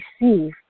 receive